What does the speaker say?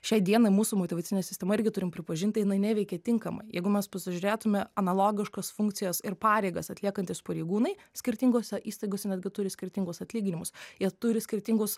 šiai dienai mūsų motyvacinė sistema irgi turim pripažinti jinai neveikia tinkamai jeigu mes pasižiūrėtume analogiškas funkcijas ir pareigas atliekantys pareigūnai skirtingose įstaigose netgi turi skirtingus atlyginimus jie turi skirtingus